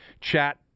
chat